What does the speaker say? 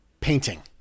painting